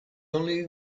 only